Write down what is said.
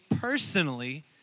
personally